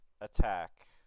attack